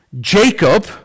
Jacob